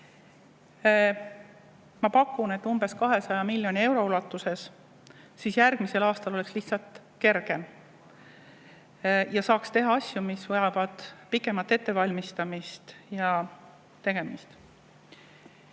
ma pakun, et umbes 200 miljoni euro ulatuses. Siis oleks järgmisel aastal lihtsalt kergem ja saaks teha asju, mis vajavad pikemat ettevalmistamist ja tegemist.